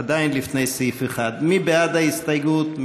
עדיין לפני סעיף 1. מי בעד ההסתייגות?